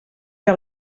que